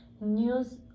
news